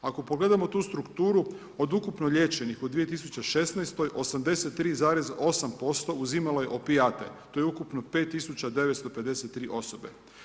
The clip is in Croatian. Ako pogledamo tu strukturu, od ukupno liječenih u 2016. 83,8% uzimalo je opijate, to je ukupno 5953 osobe.